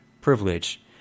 privilege